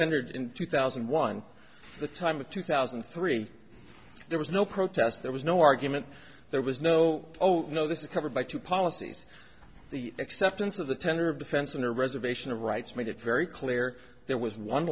tendered in two thousand and one the time of two thousand and three there was no protest there was no argument there was no oh no this is covered by two policies the acceptance of the tenor of defense on a reservation of rights made it very clear there was one